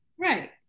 Right